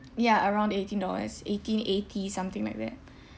ya around eighteen dollars eighteen eighty something like that